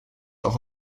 auch